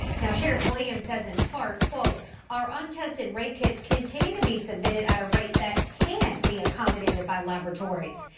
now sheriff williams says in part quote our untested rape kits continue to be submitted at rate that can be accommodated by laboratories.